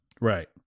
Right